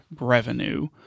revenue